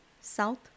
South